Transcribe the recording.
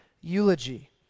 eulogy